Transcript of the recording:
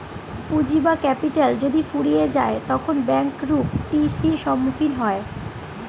পুঁজি বা ক্যাপিটাল যদি ফুরিয়ে যায় তখন ব্যাঙ্ক রূপ টি.সির সম্মুখীন হয়